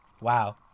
Wow